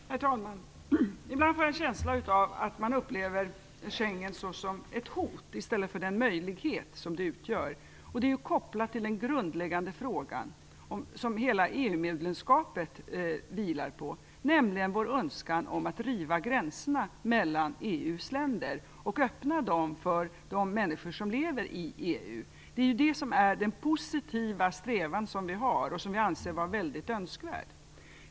Herr talman! Ibland får jag en känsla av att man upplever Schengensamarbetet som ett hot i stället för den möjlighet som det utgör. Det är ju kopplat till den grundläggande fråga som hela EU-medlemskapet vilar på, nämligen vår önskan om att riva gränserna mellan EU:s länder och att öppna dem för de människor som lever i EU. Det är ju den positiva strävan som vi har och som vi anser vara väldigt önskvärd.